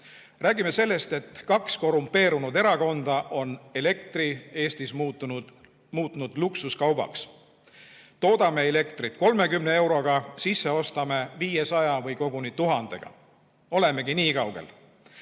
Räägime sellest, et kaks korrumpeerunud erakonda on elektri Eestis muutnud luksuskaubaks. Toodame elektrit 30 euroga, sisse ostame 500 või koguni 1000-ga. Olemegi nii kaugel.